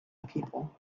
people